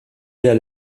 der